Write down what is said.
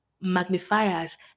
magnifiers